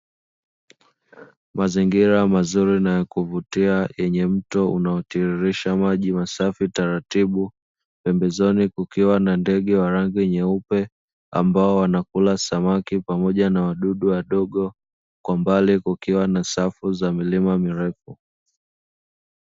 Mazingira mazuri na ya kuvutia yenye mto, unaotirisha maji masafi taratibu. Pembezoni kukiwa na ndege wa rangi nyeupe ambao wanakula samaki pamoja na wadudu wadogo kwa mbali kukiwa na safu ya milima mirefu.